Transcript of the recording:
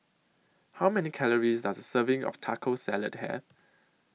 How Many Calories Does A Serving of Taco Salad Have